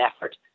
effort